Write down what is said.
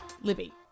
Libby